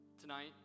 Tonight